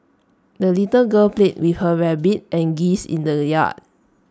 the little girl played with her rabbit and geese in the yard